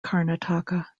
karnataka